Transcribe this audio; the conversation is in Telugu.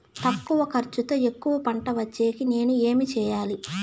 తక్కువ ఖర్చుతో ఎక్కువగా పంట వచ్చేకి నేను ఏమి చేయాలి?